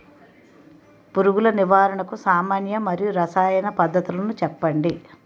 పురుగుల నివారణకు సామాన్య మరియు రసాయన పద్దతులను చెప్పండి?